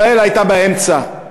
ישראל הייתה באמצע.